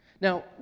Now